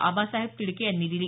आबासाहेब तिडके यांनी दिली